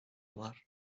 var